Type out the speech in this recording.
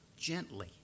gently